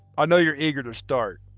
i know you're eager to start.